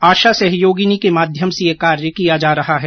आशा सहयोगिनी के माध्यम से ये कार्य किया जा रहा है